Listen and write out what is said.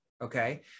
okay